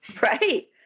Right